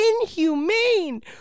inhumane